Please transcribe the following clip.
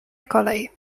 kolej